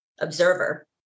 observer